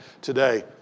today